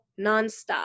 Nonstop